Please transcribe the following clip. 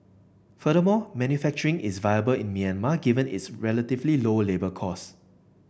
furthermore manufacturing is viable in Myanmar given its relatively low labour costs